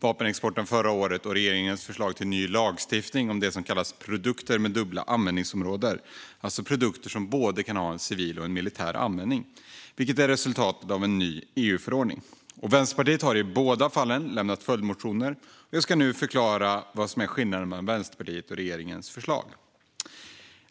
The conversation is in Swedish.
vapenexporten förra året och regeringens förslag till ny lagstiftning om det som kallas produkter med dubbla användningsområden, alltså produkter som kan ha både ett civilt och ett militärt användningsområde. Detta är resultatet av en ny EU-förordning. Vänsterpartiet har i båda fallen lämnat följdmotioner, och jag ska nu förklara vad som är skillnaden mellan Vänsterpartiets och regeringens förslag.